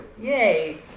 Yay